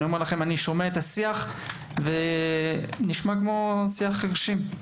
אני שומע את השיח ונשמע כמו שיח חירשים.